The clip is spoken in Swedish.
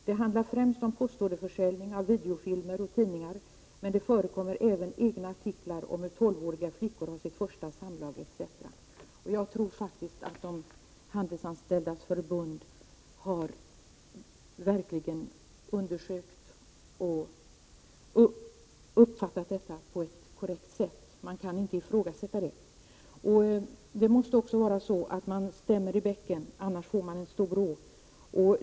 Det handlar främst om postorderförsäljning av videofilmer och tidningar, men det förekommer även egna artiklar om hur 12-åriga flickor har sitt första samlag etc.” Handelsanställdas förbund har verkligen undersökt och uppfattat detta på ett riktigt sätt. Vi kan inte ifrågasätta det. Vi måste stämma i bäcken, annars får vi en stor å.